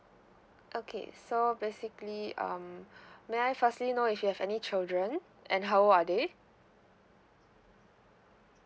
okay so basically um may I firstly know if you have any children and how old are they